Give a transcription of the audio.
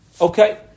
Okay